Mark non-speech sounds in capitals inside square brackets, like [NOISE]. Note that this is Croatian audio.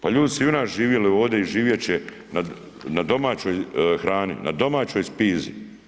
Pa ljudi su ... [UNINTELLIGIBLE] živjeli ovdje i živjet će na domaćoj hrani, na domaćoj spizi.